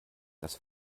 das